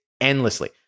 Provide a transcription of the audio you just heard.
endlessly